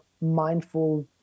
mindful